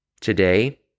today